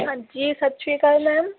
ਹਾਂਜੀ ਸਤਿ ਸ਼੍ਰੀ ਅਕਾਲ ਮੈਮ